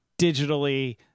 digitally